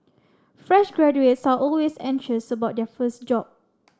fresh graduates are always anxious about their first job